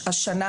השנה,